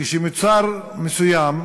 כשמוצר מסוים,